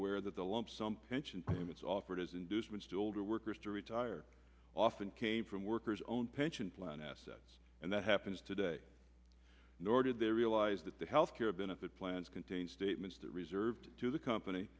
aware that the lump sum pension payments offered is inducements to older workers to retire often came from workers own pension plan assets and that happens today nor did they realize that the health care benefit plans contain statements that reserved to the company